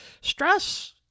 stress